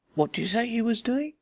what d'you say he was doing?